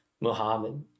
Muhammad